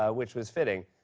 ah which was fitting.